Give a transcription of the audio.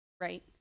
right